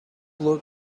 look